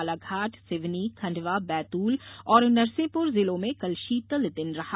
बालाघाट सिवनी खंडवा बैतूल और नरसिंहपुर जिलों में कल शीतल दिन रहा